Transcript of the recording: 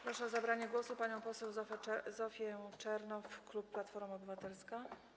Proszę o zabranie głosu panią poseł Zofię Czernow, klub Platforma Obywatelska.